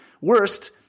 worst